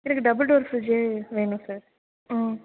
எனக்கு double door ஃபிரிட்ஜே வேணும் சார் ம்